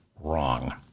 wrong